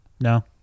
No